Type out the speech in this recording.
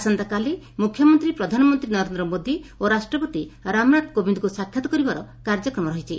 ଆସନ୍ତାକାଲି ମୁଖ୍ୟମନ୍ତୀ ପ୍ରଧାନମନ୍ତୀ ନରେନ୍ଦ୍ର ମୋଦୀ ଓ ରାଷ୍ପତି ରାମନାଥ କୋବିନ୍ଦଙ୍କୁ ସାଷାତ କରିବାର କାର୍ଯ୍ୟକ୍ରମ ରହିଛି